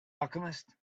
alchemist